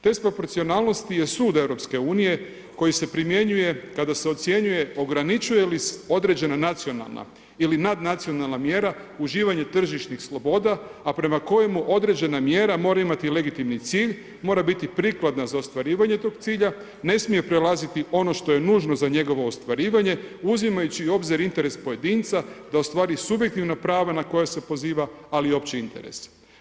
Test proporcionalnosti je sud EU-a koji se primjenjuje kada se ocjenjuje ograničuje li određena nacionalna ili nadnacionalna mjera uživanje tržišnih sloboda a prema kojemu određena mjera mora imati legitimni cilj, mora biti prikladna za ostvarivanje tog cilja, ne smije prelaziti ono što je nužno za njegovo ostvarivanje uzimajući u obzir interes pojedinca da ostvari subjektivna prava na koja se poziva ali i opći interes.